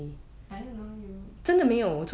I don't know you